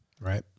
Right